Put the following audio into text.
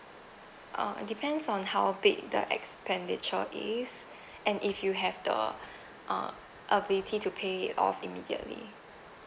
uh depends on how big the expenditure is and if you have the uh ability to pay off immediately